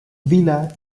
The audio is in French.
villa